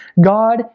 God